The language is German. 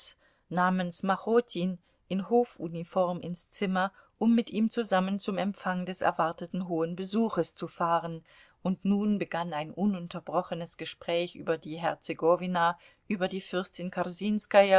namens machotin in hofuniform ins zimmer um mit ihm zusammen zum empfang des erwarteten hohen besuches zu fahren und nun begann ein ununterbrochenes gespräch über die herzegowina über die fürstin